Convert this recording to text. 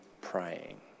praying